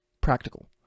practical